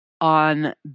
on